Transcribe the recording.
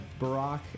Barack